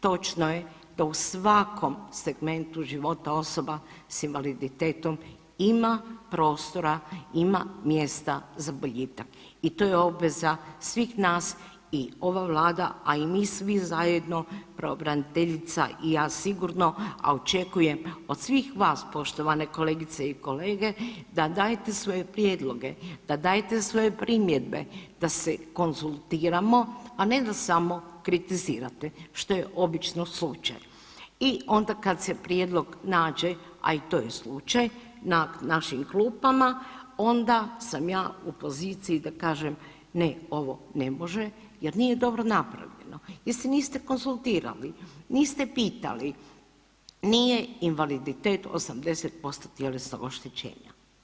Točno je da u svakom segmentu života osoba s invaliditetom ima prostora, ima mjesta za boljitak i to je obveza svih nas i ova Vlada, a i mi svi zajedno, pravobraniteljica i ja sigurno, a očekujem od svih vas, poštovane kolegice i kolege, da dajete svoje prijedloge, da dajete svoje primjedbe, da se konzultiramo, a ne da samo kritizirate, što je obično slučaj i onda kad se prijedlog nađe, a i to je slučaj na našim klupama, onda sam ja u poziciji da kažem ne, ovo ne može jer nije dobro napravljeno, jer se niste konzultirali, niste pitali, nije invaliditet 80% tjelesnog oštećenja.